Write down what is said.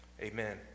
Amen